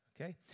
okay